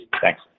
Thanks